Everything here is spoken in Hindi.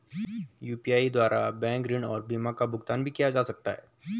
यु.पी.आई द्वारा बैंक ऋण और बीमा का भी भुगतान किया जा सकता है?